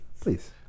Please